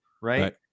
right